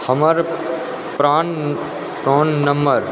हमर प्राण नम्बर